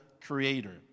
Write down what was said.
creator